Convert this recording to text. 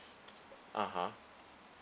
a'ah